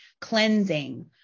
cleansing